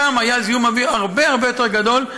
שם היה זיהום אוויר הרבה הרבה יותר גדול.